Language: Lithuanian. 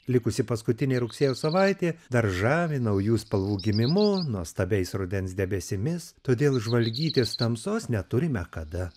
likusi paskutinė rugsėjo savaitė dar žavi naujų spalvų gimimu nuostabiais rudens debesimis todėl žvalgytis tamsos neturime kada